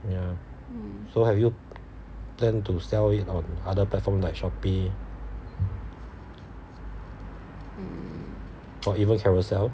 ya so have you plan to sell it on other platform like shopee or even carousell